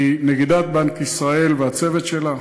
מנגידת בנק ישראל והצוות שלה,